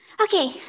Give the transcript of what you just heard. Okay